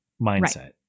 mindset